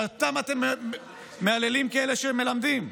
שאותם אתם מהללים ככאלה שמלמדים.